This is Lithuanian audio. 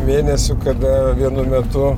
mėnesių kada vienu metu